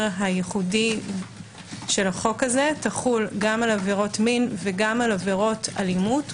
הייחודי של החוק הזה תחול גם על עבירות מין וגם על עבירות אלימות,